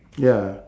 ya